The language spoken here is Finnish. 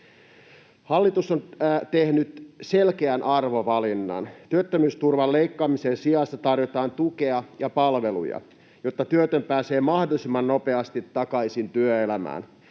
Hallitus on tehnyt selkeän arvovalinnan. Työttömyysturvan leikkaamisen sijasta tarjotaan tukea ja palveluja, jotta työtön pääsee mahdollisimman nopeasti takaisin työelämään.